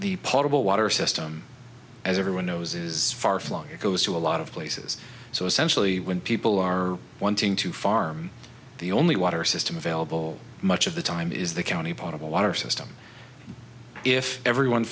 the potable water system as everyone knows is far flung it goes to a lot of places so essentially when people are wanting to farm the only water system available much of the time is the county potable water system if everyone